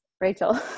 Rachel